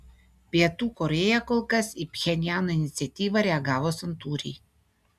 pietų korėja kol kas į pchenjano iniciatyvą reagavo santūriai